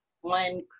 One